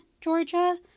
Georgia